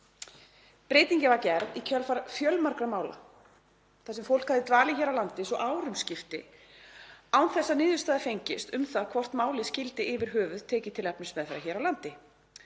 Breytingin var gerð í kjölfar fjölmargra mála þar sem fólk hafði dvalið hér á landi svo að árum skipti án þess að niðurstaða fengist um það hvort málið skyldi yfir höfuð tekið til efnismeðferðar hér á landi,